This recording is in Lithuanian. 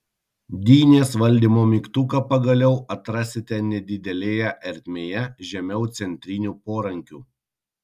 dynės valdymo mygtuką pagaliau atrasite nedidelėje ertmėje žemiau centrinių porankių